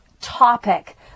topic